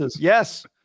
Yes